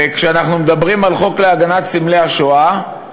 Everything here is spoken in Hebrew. וכשאנחנו מדברים על חוק להגנת סמלי השואה,